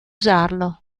usarlo